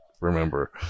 remember